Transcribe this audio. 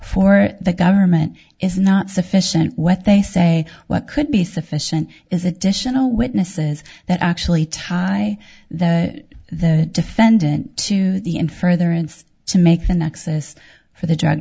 for the government is not sufficient what they say what could be sufficient is additional witnesses that actually tie the defendant to the in further and to make the nexus for the drug